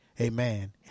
Amen